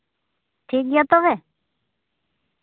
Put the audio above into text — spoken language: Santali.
ᱴᱷᱤᱠ ᱜᱮᱭᱟ ᱛᱚᱵᱮ